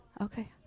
Okay